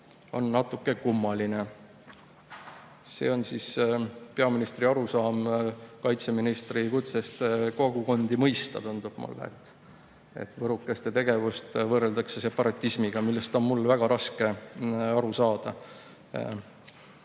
on natuke kummaline." See on peaministri arusaam kaitseministri kutsest kogukondi mõista. Mulle tundub, et võrokeste tegevust võrreldakse separatismiga, millest on mul väga raske aru